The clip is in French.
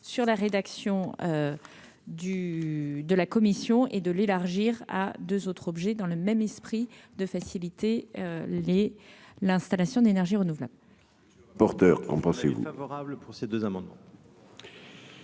sur la rédaction du de la commission et de l'élargir à 2 autres objets dans le même esprit de faciliter les l'installation d'énergies renouvelables.